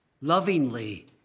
lovingly